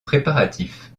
préparatifs